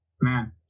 man